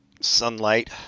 sunlight